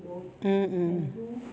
mm mm